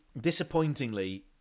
disappointingly